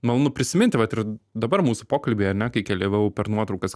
malonu prisiminti vat ir dabar mūsų pokalby ane kai keliavau per nuotraukas